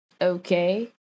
okay